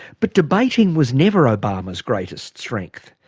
but debating was never obama's greatest strength.